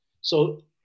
So-